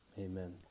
Amen